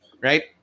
right